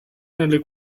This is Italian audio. nelle